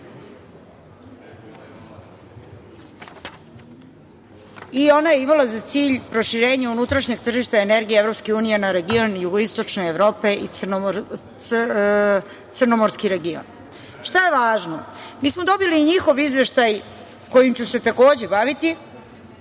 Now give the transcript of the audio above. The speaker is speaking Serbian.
Ona je imala za cilj proširenje unutrašnjeg tržišta energije Evropske unije na region jugoistočne Evrope i Crnomorski region. Šta je važno? Mi smo dobili i njihov izveštaj, kojim ću se takođe baviti,